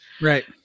Right